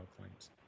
claims